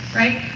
right